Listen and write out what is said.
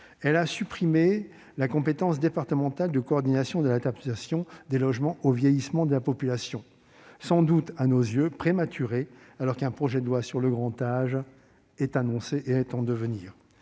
Elle a supprimé la compétence départementale de coordination de l'adaptation des logements au vieillissement de la population, une mesure sans doute prématurée alors qu'un projet de loi sur le grand âge est annoncé. Nous avons